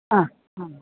हा हा